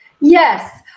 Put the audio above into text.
Yes